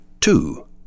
two